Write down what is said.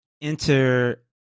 enter